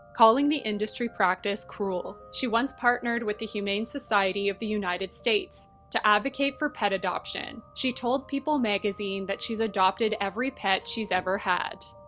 calling the industry practice cruel she once partnered with the humane society of the united states to advocate for pet adoption. she told people magazine that she's adopted every pet she's ever had.